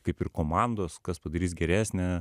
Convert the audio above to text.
kaip ir komandos kas padarys geresnę